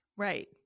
Right